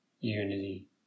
unity